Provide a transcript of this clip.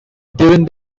during